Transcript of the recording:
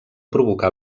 provocà